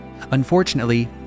Unfortunately